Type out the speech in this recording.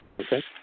Okay